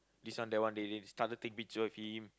this one that one they they started take picture with him